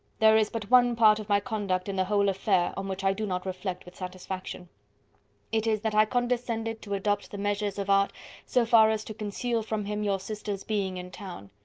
there is but one part of my conduct in the whole affair on which i do not reflect with satisfaction it is that i condescended to adopt the measures of art so far as to conceal from him your sister's being in town.